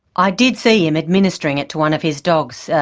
i did see him administering it to one of his dogs,